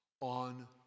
on